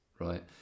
Right